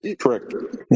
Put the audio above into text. correct